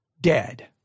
dead